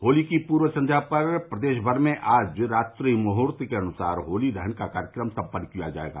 होली की पूर्व संध्या पर प्रदेश भर में आज रात्रि मुहुर्त के अनुसार होलिका दहन का कार्यक्रम सम्पन्न किया जायेगा